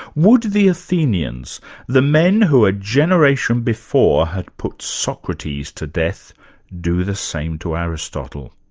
would the athenians the men who, a generation before, had put socrates to death do the same to aristotle?